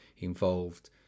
Involved